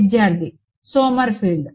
విద్యార్థి సోమర్ఫెల్డ్